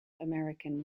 american